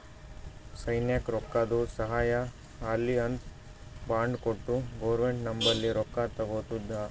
ಸೈನ್ಯಕ್ ರೊಕ್ಕಾದು ಸಹಾಯ ಆಲ್ಲಿ ಅಂತ್ ಬಾಂಡ್ ಕೊಟ್ಟು ಗೌರ್ಮೆಂಟ್ ನಂಬಲ್ಲಿ ರೊಕ್ಕಾ ತಗೊತ್ತುದ